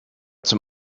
zum